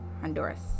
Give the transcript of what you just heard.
Honduras